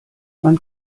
man